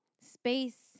Space